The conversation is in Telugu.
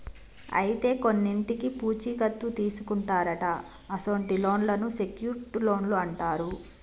అయితే కొన్నింటికి పూచీ కత్తు తీసుకుంటారట అసొంటి లోన్లను సెక్యూర్ట్ లోన్లు అంటారు